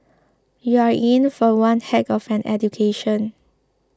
you're in for one heck of an education